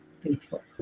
faithful